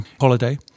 holiday